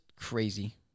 crazy